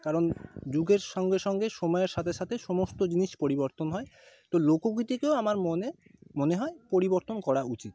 কারণ যুগের সঙ্গে সঙ্গে সময়ের সাথে সাথে সমস্ত জিনিস পরিবর্তন হয় তো লোকগীতিকেও আমার মনে মনে হয় পরিবর্তন করা উচিত